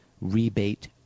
rebate